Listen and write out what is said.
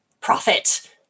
profit